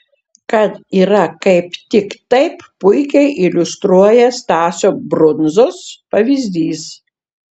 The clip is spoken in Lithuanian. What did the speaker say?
kad yra kaip tik taip puikiai iliustruoja stasio brundzos pavyzdys